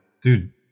dude